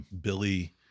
Billy